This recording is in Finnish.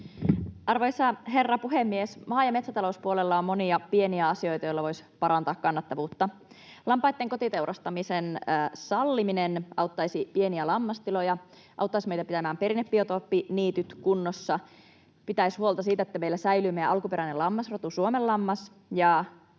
Arvoisa herra puhemies! Maa- ja metsätalouspuolella on monia pieniä asioita, joilla voisi parantaa kannattavuutta. Lampaitten kotiteurastamisen salliminen auttaisi pieniä lammastiloja, auttaisi meitä pitämään perinnebiotooppiniityt kunnossa, pitäisi huolta siitä, että meillä säilyy alkuperäinen lammasrotu suomenlammas,